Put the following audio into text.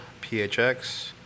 PHX